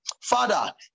Father